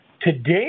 today